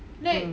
mm